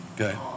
Okay